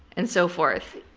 and so forth.